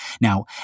Now